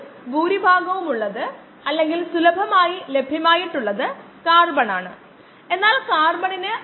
material ബാലൻസുകളെക്കുറിച്ചുള്ള നമ്മുടെ ആദ്യ കോഴ്സിൽ നമ്മൾ ഇതിൽ ചിലത് ചെയ്തിരിക്കാം